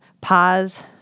pause